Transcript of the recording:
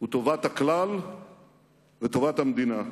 הוא טובת הכלל וטובת המדינה.